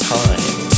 time